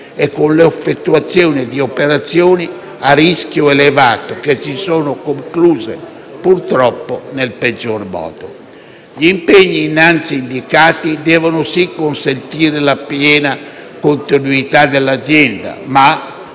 e con l'effettuazione di operazioni a rischio elevato che si sono concluse, purtroppo, nel peggior modo. Gli impegni innanzi indicati devono sì consentire la piena continuità dell'azienda, ma,